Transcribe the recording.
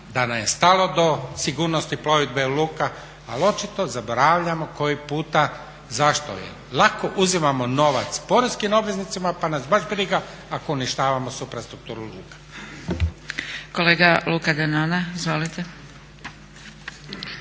da nam je stalo do sigurnosti plovidbe luka, ali očito zaboravljamo koji puta zašto je. Lako uzimamo novac poreskim obveznicima pa nas baš briga ako uništavamo suprastrukturu luka. **Zgrebec, Dragica